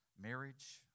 marriage